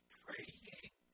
praying